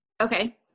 Okay